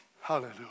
Hallelujah